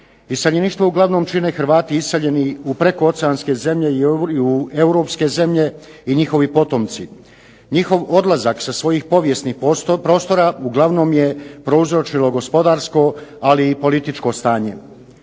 Iseljeništvo uglavnom čine Hrvati iseljeni u prekooceanske zemlje i u europske zemlje i njihovi potomci. Njihov odlazak sa svojih povijesnih prostora uglavnom je prouzročilo gospodarsko, ali i političko stanje.